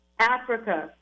africa